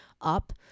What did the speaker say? up